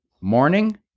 Morning